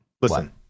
Listen